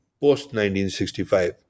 post-1965